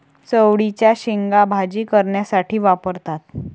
चवळीच्या शेंगा भाजी करण्यासाठी वापरतात